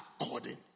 according